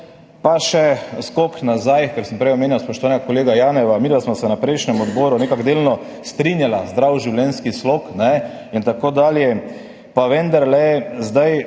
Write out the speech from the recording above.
Pa še skok nazaj, ker sem prej omenjal spoštovanega kolega Janeva, midva sva se na prejšnjem odboru nekako delno strinjala, zdrav življenjski slog in tako dalje, pa vendarle zdaj